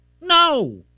No